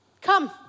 come